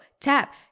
tap